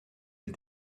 les